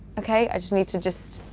okay? i just need to just.